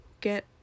get